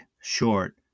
short